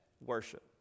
worship